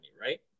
right